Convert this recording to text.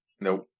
Nope